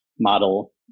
model